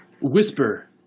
Whisper